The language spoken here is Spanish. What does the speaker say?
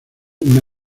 una